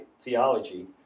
theology